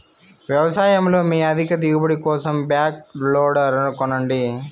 వ్యవసాయంలో మీ అధిక దిగుబడి కోసం బ్యాక్ లోడర్ కొనండి